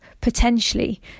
potentially